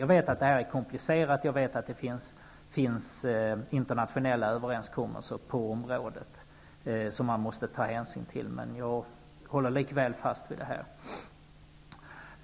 Jag vet att det är komplicerat och att det finns internationella överenskommelser på området som man måste ta hänsyn till. Men jag vidhåller mitt krav.